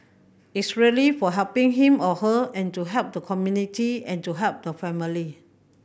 it's really for helping him or her and to help the community and to help the family